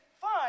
fine